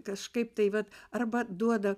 kažkaip tai vat arba duoda